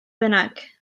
bynnag